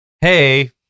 Hey